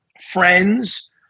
friends